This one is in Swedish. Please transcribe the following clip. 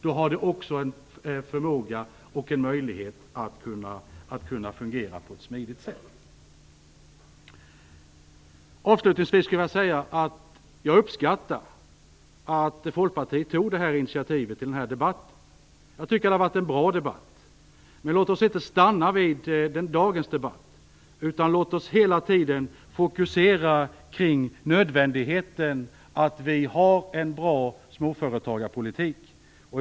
Då har de också en förmåga och en möjlighet att kunna fungera på ett smidigt sätt. Avslutningsvis vill jag säga att jag uppskattar att Folkpartiet tog initiativ till denna debatt. Jag tycker att det har varit en bra debatt i dag, men låt oss inte stanna vid den. Låt oss hela tiden fokusera på nödvändigheten av att ha en bra småföretagarpolitik.